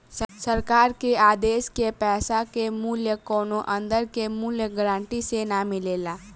सरकार के आदेश के पैसा के मूल्य कौनो अंदर के मूल्य गारंटी से ना मिलेला